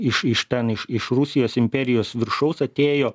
iš iš ten iš iš rusijos imperijos viršaus atėjo